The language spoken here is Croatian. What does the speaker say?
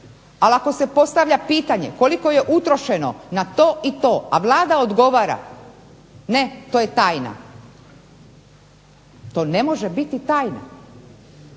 Ali ako se postavlja pitanje koliko je utrošeno na to i to, a Vlada odgovara ne, to je tajna, to ne može biti tajna.